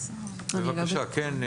אני לא בטוחה.